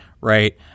right